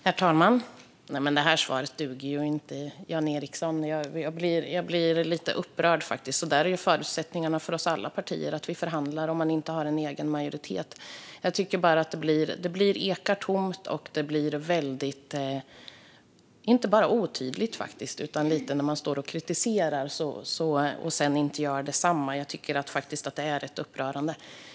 Herr talman! Det här svaret duger inte, Jan Ericson. Jag blir faktiskt lite upprörd. Så är förutsättningarna för alla partier. Om man inte har en egen majoritet förhandlar man. Det ekar tomt och blir otydligt när man står och kritiserar och sedan gör detsamma som man själv kritiserar. Jag tycker faktiskt att det är rätt upprörande.